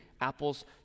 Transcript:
Apple's